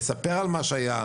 לספר על מה שהיה,